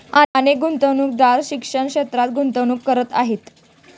अनेक गुंतवणूकदार शिक्षण क्षेत्रात गुंतवणूक करत आहेत